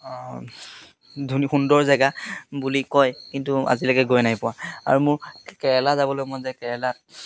ধুনীয়া সুন্দৰ জেগা বুলি কয় কিন্তু আজিলৈকে গৈ নাই পোৱা আৰু মোৰ কেৰেলা যাবলৈ মই যে কেৰেলাত